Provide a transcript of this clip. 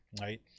right